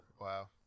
Wow